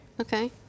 Okay